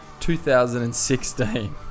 2016